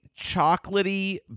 chocolatey